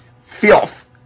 filth